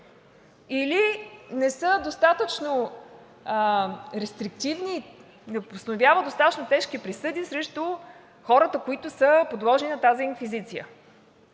или не са достатъчно рестриктивни и не постановяват достатъчно тежки присъди срещу хората, които са подложени на тази инквизиция?